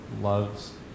Loves